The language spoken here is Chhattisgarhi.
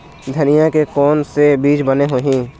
धनिया के कोन से बीज बने होही?